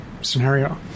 scenario